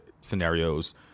scenarios